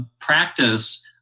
practice